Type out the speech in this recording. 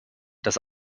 dass